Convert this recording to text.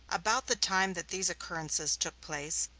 about the time that these occurrences took place,